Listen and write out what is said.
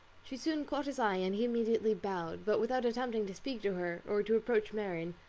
she soon caught his eye, and he immediately bowed, but without attempting to speak to her, or to approach marianne,